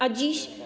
A dziś?